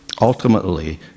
ultimately